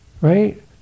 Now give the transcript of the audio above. right